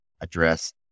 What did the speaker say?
address